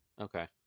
Okay